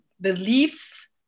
beliefs